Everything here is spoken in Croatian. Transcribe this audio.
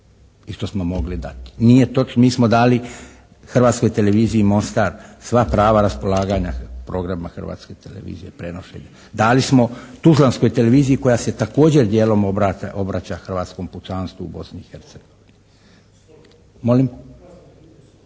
i što smo mogli dati. Nije točno, mi smo dali Hrvatskoj televiziji Mostar. Sva prava raspolaganja programa Hrvatske televizije, prijenosa. Dali smo tuzlanskoj televiziji koja se također dijelom obraća hrvatskom pučanstvu u Bosni